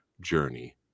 journey